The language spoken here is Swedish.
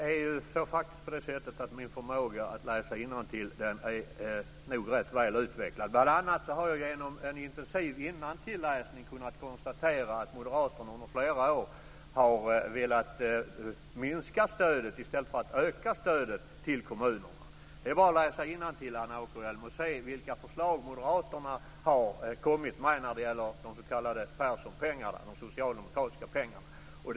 Fru talman! Min förmåga att läsa innantill är nog rätt väl utvecklad. Bl.a. har jag genom en intensiv innantilläsning kunnat konstatera att Moderaterna under flera år har velat minska i stället för att öka stödet till kommunerna. Det är bara att läsa innantill, Anna Åkerhielm, och se vilka förslag Moderaterna har kommit med när det gäller de s.k. Perssonpengarna - de socialdemokratiska pengarna.